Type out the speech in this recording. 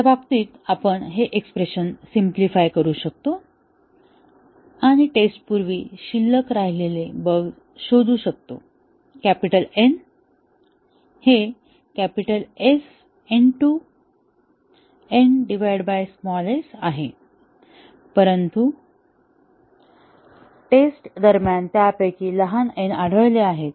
त्या बाबतीत आपण हे एक्स्प्रेशन सिम्प्लिफाय करू शकतो आणि टेस्टपूर्वी शिल्लक राहिलेले बग्स शोधू शकतो कॅपिटल N हे कॅपिटल S ns आहे परंतु नंतर टेस्ट दरम्यान त्यापैकी लहान n आढळले आहेत